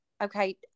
Okay